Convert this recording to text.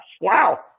wow